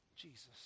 Jesus